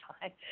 time